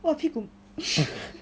!wah! 屁股